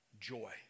joy